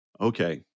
Okay